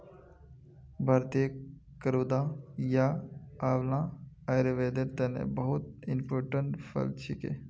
भारतीय करौदा या आंवला आयुर्वेदेर तने बहुत इंपोर्टेंट फल छिके